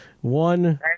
One